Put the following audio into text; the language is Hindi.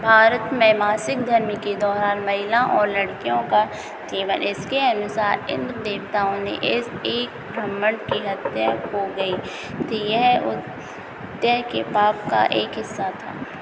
भारत में मासिक धर्म के दौरान महिला और लड़कियों का जीवन इसके अनुसार इन्द्र देवताओं ने इस एक ब्राह्मण की हत्या हो गई थी यह उत त्य के पाप का एक हिस्सा था